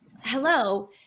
hello